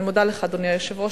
אני מודה לך, אדוני היושב-ראש.